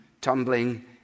tumbling